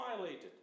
violated